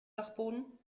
dachboden